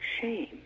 shame